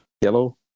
yellow